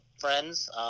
friends